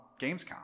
Gamescom